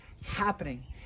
happening